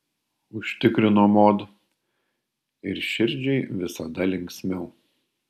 užtikrino mod ir širdžiai visada linksmiau